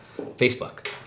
Facebook